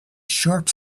sharp